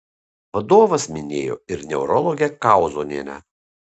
vadovas minėjo ir neurologę kauzonienę